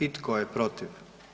I tko je protiv?